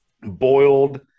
boiled